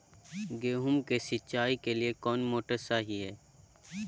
गेंहू के सिंचाई के लिए कौन मोटर शाही हाय?